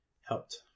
helped